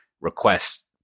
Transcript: requests